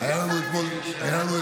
והוא עשה את זה, יעקב.